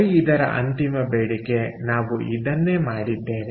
Y ಇದರ ಅಂತಿಮ ಬೇಡಿಕೆ ನಾವು ಇದನ್ನೇ ಮಾಡಿದ್ದೇವೆ